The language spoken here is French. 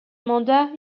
mandats